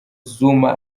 zuma